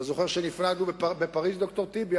אתה זוכר שנפרדנו בפריס, ד"ר טיבי?